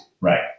Right